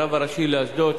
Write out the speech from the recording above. הרב הראשי לאשדוד,